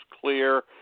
clear